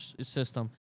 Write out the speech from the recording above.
system